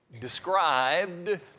described